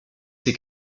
ses